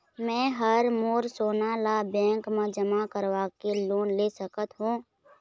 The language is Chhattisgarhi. मैं हर मोर सोना ला बैंक म जमा करवाके लोन ले सकत हो?